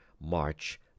march